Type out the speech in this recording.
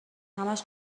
همش